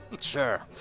Sure